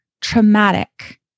traumatic